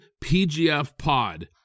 PGFPOD